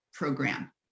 program